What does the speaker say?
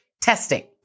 testing